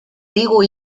digu